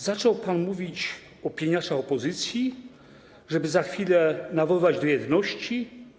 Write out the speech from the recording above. Zaczął pan mówić o pieniaczach opozycji, żeby za chwilę nawoływać do jedności.